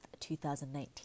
2019